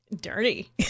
dirty